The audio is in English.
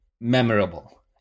memorable